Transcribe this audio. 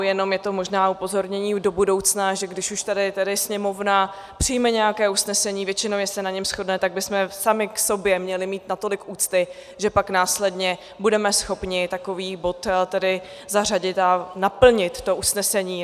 Jenom je to možná upozornění do budoucna, že když už tedy Sněmovna přijme nějaké usnesení, většinově se na něm shodne, tak bychom sami k sobě měli mít natolik úcty, že pak následně budeme schopni takový bod zařadit a naplnit to usnesení.